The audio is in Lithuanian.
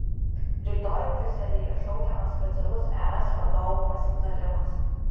rytoj briuselyje šaukiamas specialus es vadovų pasitarimas